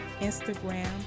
Instagram